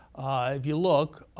if you look,